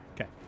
Okay